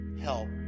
help